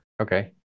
Okay